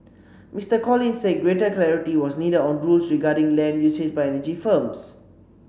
Mister Collins said greater clarity was needed on rules regarding land usage by energy firms